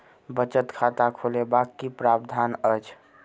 बचत खाता खोलेबाक की प्रावधान अछि?